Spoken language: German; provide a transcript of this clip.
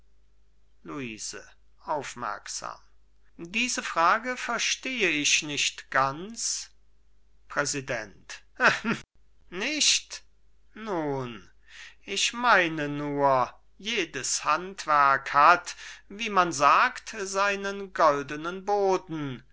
luise aufmerksam diese frage verstehe ich nicht ganz präsident mit beißendem lachen nicht nun ich meine nur jedes handwerk hat wie man sagt einen goldenen boden auch